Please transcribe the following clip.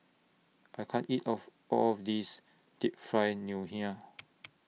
I can't eat of All of This Deep Fried Ngoh Hiang